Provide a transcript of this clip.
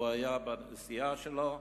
והוא היה בנסיעה שלו,